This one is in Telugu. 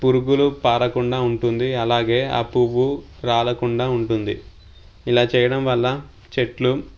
పురుగులు పారకుండా ఉంటుంది అలాగే ఆ పువ్వు రాలకుండా ఉంటుంది ఇలా చేయడం వల్ల చెట్లు